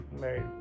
married